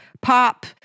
pop